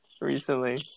recently